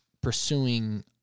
pursuing